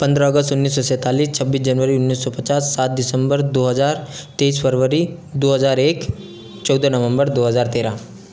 पंद्रह अगस्त उन्नीस सौ सैतालीस छब्बीस जनवरी उन्नीस सौ पचास सात दिसम्बर दो हजार तेइस फरवरी दो हजार एक चौदह नवम्बर दो हजार तेरह